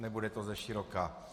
Nebude to zeširoka.